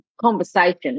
conversation